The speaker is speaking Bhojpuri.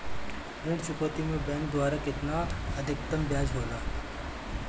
ऋण चुकौती में बैंक द्वारा केतना अधीक्तम ब्याज होला?